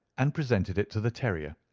and presented it to the terrier.